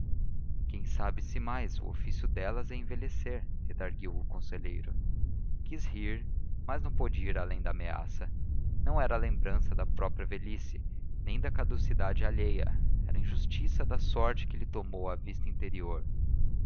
quem sabe se mais o ofício delas é envelhecer redarguiu o conselheiro quis rir mas não pôde ir além da ameaça não era a lembrança da própria velhice nem da caducidade alheia era a injustiça da sorte que lhe tomou a vista interior